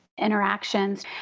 interactions